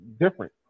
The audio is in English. different